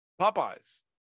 Popeye's